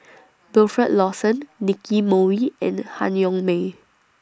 Wilfed Lawson Nicky Moey and Han Yong May